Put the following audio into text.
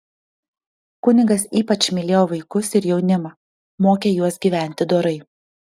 kunigas ypač mylėjo vaikus ir jaunimą mokė juos gyventi dorai